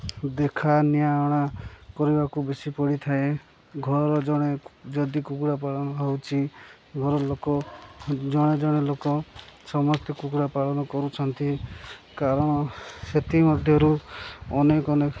ଦେଖା ନିଆ ଅଣା କରିବାକୁ ବେଶୀ ପଡ଼ିଥାଏ ଘର ଜଣେ ଯଦି କୁକୁଡ଼ା ପାଳନ ହଉଛି ଘର ଲୋକ ଜଣେ ଜଣେ ଲୋକ ସମସ୍ତେ କୁକୁଡ଼ା ପାଳନ କରୁଛନ୍ତି କାରଣ ସେଥିମଧ୍ୟରୁ ଅନେକ ଅନେକ